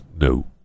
no